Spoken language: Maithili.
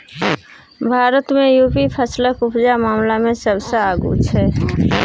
भारत मे युपी फसलक उपजा मामला मे सबसँ आगु छै